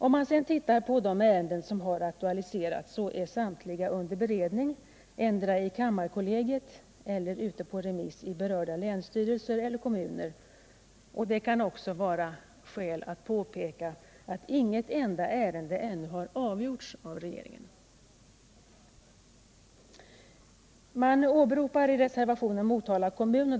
Om man sedan tittar på de ärenden som har aktualiserats, finner man att samtliga är endera under beredning i kammarkollegiet eller ute på remiss i berörda länsstyrelser eller kommuner, och det kan vara skäl att påpeka att inget enda ärende ännu avgjorts av regeringen. Man åberopar i reservationen Motala kommun.